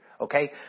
Okay